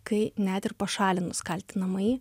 kai net ir pašalinus kaltinamąjį